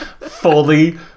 fully